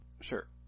Sure